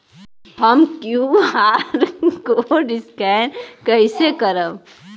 हम QR code scan कइसे करब?